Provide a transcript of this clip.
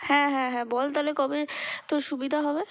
হ্যাঁ হ্যাঁ হ্যাঁ বল তাহলে কবে তোর সুবিধা হবে